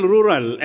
Rural